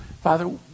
Father